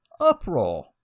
Uproar